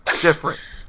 different